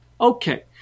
Okay